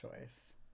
choice